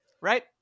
right